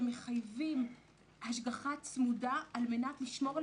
שמחייבים השגחה צמודה על מנת לשמור על